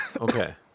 Okay